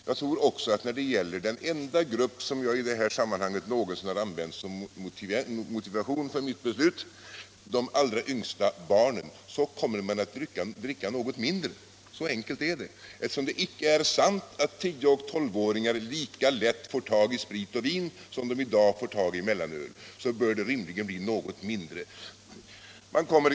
Jag tror också att den enda grupp som jag i detta sammanhang någonsin använt som motivation för mitt beslut, de yngsta barnen, kommer att dricka något mindre. Så enkelt är det. Eftersom det icke är sant att 10-12-åringar lika lätt får tag i sprit och vin som de i dag får tag i mellanöl, bör det rimligen bli en något mindre konsumtion.